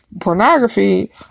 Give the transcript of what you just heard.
pornography